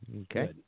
Okay